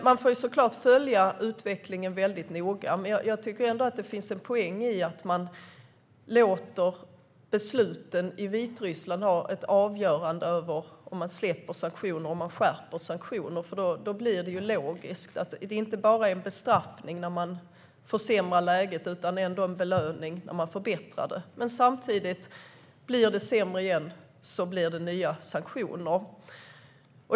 Man får såklart följa utvecklingen väldigt noga, men jag tycker ändå att det finns en poäng i att man låter besluten i Vitryssland ha ett avgörande över om man släpper sanktioner eller om man skärper sanktioner. Då blir det logiskt, så att det inte bara är en bestraffning när läget försämras utan också en belöning när det förbättras. Men samtidigt: Blir det sämre igen blir det nya sanktioner.